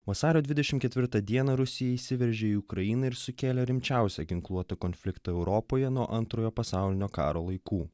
vasario dvidešim ketvirtą dieną rusija įsiveržė į ukrainą ir sukėlė rimčiausią ginkluotą konfliktą europoje nuo antrojo pasaulinio karo laikų